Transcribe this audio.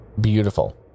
Beautiful